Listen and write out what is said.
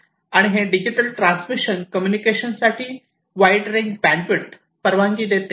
आणि हे digital transmission communication साठी वाईड रेंज बँडविड्थ परवानगी देते